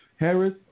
Harris